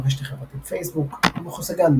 ברשת החברתית פייסבוק מחוסגן,